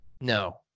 No